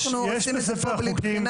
אם אנחנו עושים זאת פה בלי בחינה,